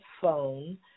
phone